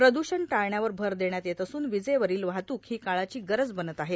प्रदूषण टाळण्यावर भर देण्यात येत असून विजेवरोल वाहतूक हो काळाची गरज बनत आहे